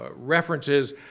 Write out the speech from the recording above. references